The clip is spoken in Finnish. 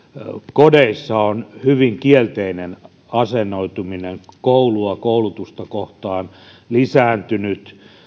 kodeissa on hyvin kielteinen asennoituminen koulua koulutusta kohtaan lisääntynyt